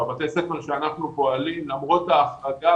בבתי הספר שאנחנו פועלים למרות ההחרגה,